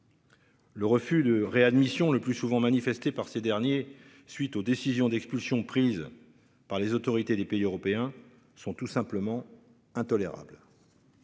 Le refus de réadmission, le plus souvent manifestée par ces derniers, suite aux décisions d'expulsions prises par les autorités des pays européens sont tout simplement intolérables.